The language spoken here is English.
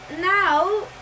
now